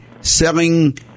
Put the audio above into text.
selling